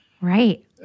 right